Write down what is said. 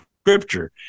scripture